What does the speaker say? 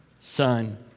son